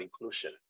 inclusion